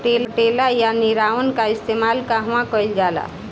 पटेला या निरावन का इस्तेमाल कहवा कइल जाला?